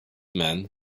man